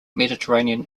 mediterranean